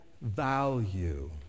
value